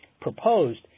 proposed